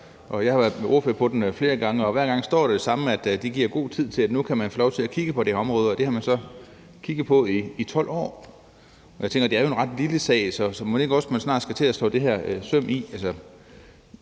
jeg har været ordfører på det flere gange, og hver gang står der det samme med, at det giver god tid til, at nu kan man få lov til at kigge på det område, og det har man så kigget på i 12 år. Jeg tænker, at det jo er en ret lille sag, så mon ikke også man snart skal til at slå det her søm i.